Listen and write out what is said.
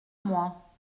moi